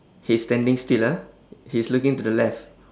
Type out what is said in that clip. he is standing still ah he's looking to the left